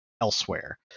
elsewhere